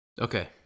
Okay